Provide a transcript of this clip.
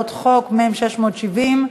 מ/670.